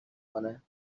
کنند